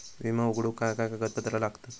विमो उघडूक काय काय कागदपत्र लागतत?